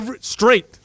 Straight